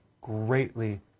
greatly